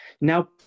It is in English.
Now